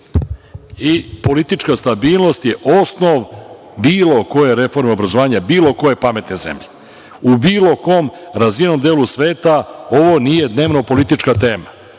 politička stabilnost je osnov bilo koje reforme obrazovanja, bilo koje pametne zemlje. U bilo kom delu razvijenog sveta, ovo nije dnevno politička tema